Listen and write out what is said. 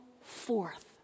forth